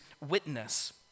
Witness